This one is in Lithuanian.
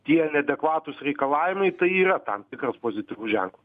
tie neadekvatūs reikalavimai tai yra tam tikras pozityvus ženklas